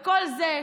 כל זה,